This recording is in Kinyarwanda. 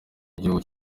igihugu